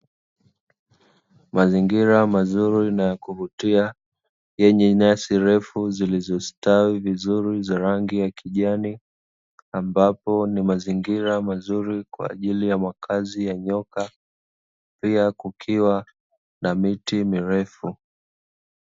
Mazingira mazuri na ya kuvutia yenye nyasi refu zilizostawi vizuri za rangi ya kijani, ambapo ni mazingira mazuri kwa ajili ya makazi ya nyoka, pia kukiwa na miti mirefu.